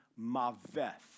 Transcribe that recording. maveth